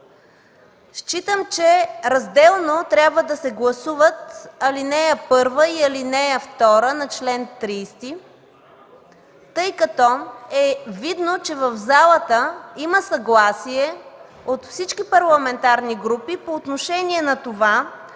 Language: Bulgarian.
Считам, че разделно трябва да се гласуват ал. 1 и ал. 2 на чл. 30, тъй като е видно, че в залата има съгласие от всички парламентарни групи по отношение на това